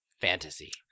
fantasy